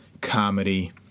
comedy